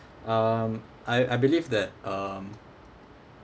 um I I believe that um